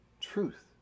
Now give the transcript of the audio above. truth